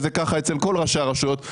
כך זה אצל כל ראשי הרשויות.